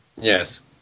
Yes